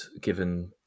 given